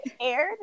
aired